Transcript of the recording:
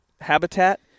habitat